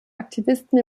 aktivisten